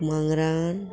मांगरान